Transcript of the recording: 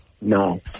No